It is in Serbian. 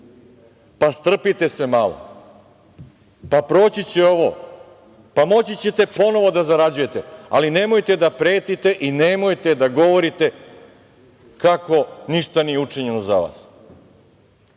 Pa, strpite se malo. Proći će ovo. Pa, moći ćete ponovo da zarađujete. Ali, nemojte da pretite i nemojte da govorite kako ništa nije učinjeno za vas.